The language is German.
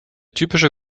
typische